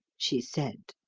she said.